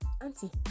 Auntie